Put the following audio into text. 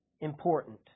important